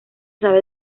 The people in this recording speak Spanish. sabe